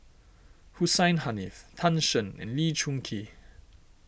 Hussein Haniff Tan Shen and Lee Choon Kee